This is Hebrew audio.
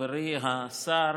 חברי השר